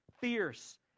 fierce